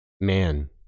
Man